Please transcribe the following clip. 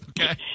Okay